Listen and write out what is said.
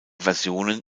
versionen